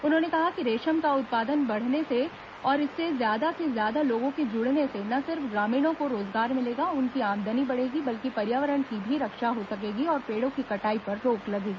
उन्होंने कहा कि रेशम का उत्पादन बढ़ने से और इससे ज्यादा से ज्यादा लोगों के जुड़ने से न सिर्फ ग्रामीणों को रोजगार मिलेगा उनकी आमदनी बढ़ेगी बल्कि पर्यावरण की भी रक्षा हो सकेगी और पेड़ों की कटाई पर रोक लगेगी